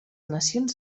nacions